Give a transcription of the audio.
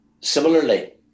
Similarly